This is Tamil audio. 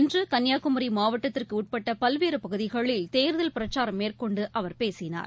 இன்று கன்னியாகுமரி மாவட்டத்திற்கு உட்பட்ட பல்வேறு பகுதிகளில் தேர்தல் பிரச்சாரம் மேற்கொண்டு அவர் பேசினர்